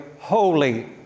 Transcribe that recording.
holy